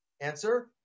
answer